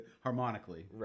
harmonically